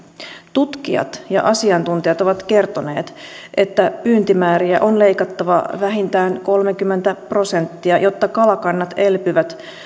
tutkijat ja asiantuntijat ovat kertoneet että pyyntimääriä on leikattava vähintään kolmekymmentä prosenttia jotta kalakannat elpyvät